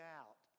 out